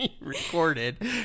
recorded